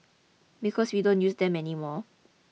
because we don't use them anymore